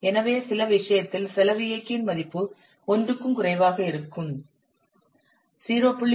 எனவே சில விஷயத்தில் செலவு இயக்கியின் மதிப்பு 1 க்கும் குறைவாக இருக்கும் 0